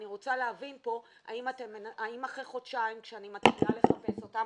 אני רוצה להבין פה אם אחרי חודשיים שאני מתחילה לחפש אותם,